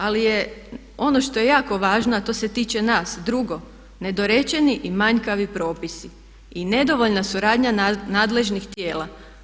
Ali je ono što jako važno a to se tiče nas, drugo, nedorečeni i manjkavi propisi i nedovoljna suradnja nadležnih tijela.